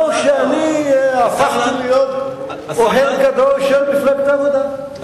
זה לא שאני הפכתי להיות אוהד גדול של מפלגת העבודה,